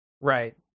Right